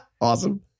Awesome